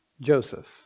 Joseph